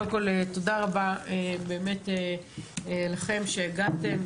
תודה רבה לכם שהגעתם,